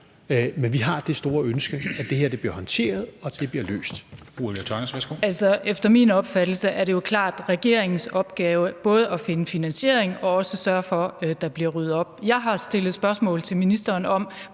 Fru Ulla Tørnæs, værsgo. Kl. 14:15 Ulla Tørnæs (V): Efter min opfattelse er det jo klart regeringens opgave både at finde finansiering og også sørge for, at der bliver ryddet op. Jeg har stillet spørgsmål til ministeren om,